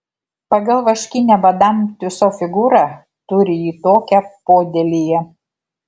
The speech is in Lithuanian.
pagal vaškinę madam tiuso figūrą turi ji tokią podėlyje